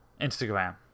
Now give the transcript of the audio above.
Instagram